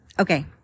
Okay